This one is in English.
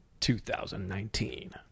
2019